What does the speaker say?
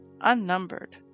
unnumbered